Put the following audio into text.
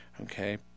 okay